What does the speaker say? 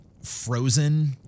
frozen